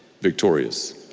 victorious